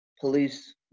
police